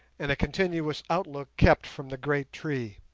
and a continuous outlook kept from the great tree,